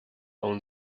own